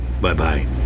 Bye-bye